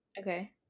Okay